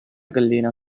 gallina